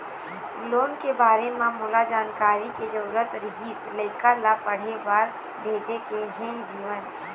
loan के बारे म मोला जानकारी के जरूरत रीहिस, लइका ला पढ़े बार भेजे के हे जीवन